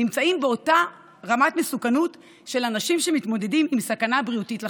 נמצאים באותה רמת מסוכנות של אנשים שמתמודדים עם סכנה בריאותית לחברה.